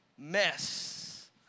Mess